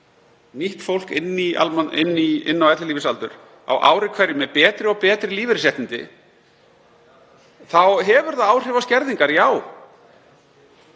nýtt fólk kemur inn á ellilífeyrisaldur á ári hverju með betri og betri lífeyrisréttindi, þá hefur það áhrif á skerðingar?